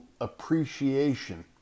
appreciation